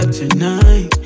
tonight